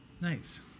Nice